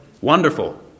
Wonderful